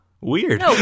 weird